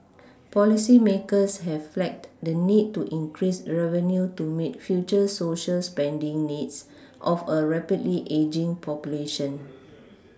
policymakers have flagged the need to increase revenue to meet future Social spending needs of a rapidly ageing population